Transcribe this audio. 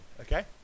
Okay